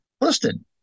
listed